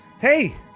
Hey